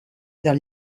del